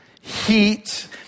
heat